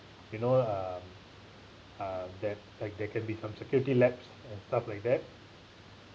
you know uh uh that there can be some security lapse and stuff like that